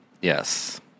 Yes